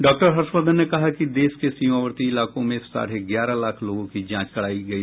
doctor Harshvardhan ने कहा कि देश के सीमावर्ती इलाकों में साढ़े ग्यारह लाख लोगों की भी जांच की गई